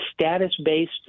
status-based